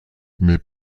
mais